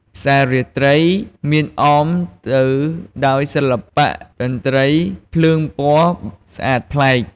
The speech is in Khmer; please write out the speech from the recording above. ផ្សាររាត្រីមានអមទៅដោយសិល្បៈ តន្ត្រី ភ្លើងពណ៌ស្អាតប្លែក។